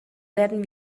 werden